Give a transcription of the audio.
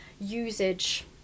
usage